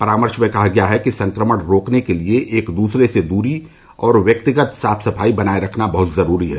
परामर्श में कहा गया है कि संक्रमण रोकने के लिए एक दूसरे से दूरी और व्यक्तिगत साफ सफाई बनाए रखना बहुत जरूरी है